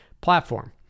platform